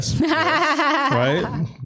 Right